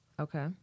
Okay